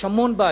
יש המון בעיות.